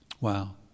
Wow